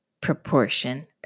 proportion